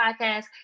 podcast